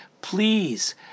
Please